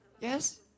Yes